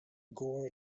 gore